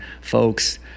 folks